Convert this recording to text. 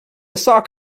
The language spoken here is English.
sock